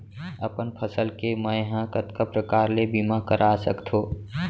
अपन फसल के मै ह कतका प्रकार ले बीमा करा सकथो?